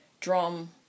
drum